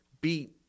beat